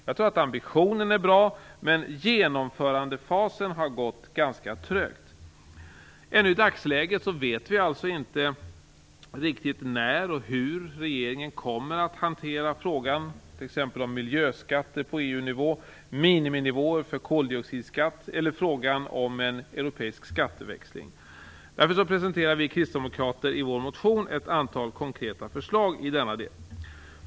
Jag tror att ambitionen är bra, men genomförandefasen har gått ganska trögt. Ännu i dagsläget vet vi inte riktigt när och hur regeringen kommer att hantera t.ex. frågorna om miljöskatter på EU-nivå, miniminivåer för koldioxidskatt eller en europeisk skatteväxling. Vi kristdemokrater presenterar i vår motion ett antal konkreta förslag i denna del.